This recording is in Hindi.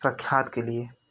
प्रख्यात के लिए